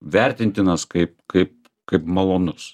vertintinas kaip kaip kaip malonus